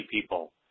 people